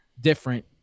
different